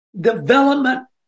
Development